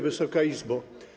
Wysoka Izbo!